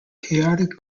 chaotic